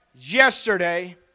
yesterday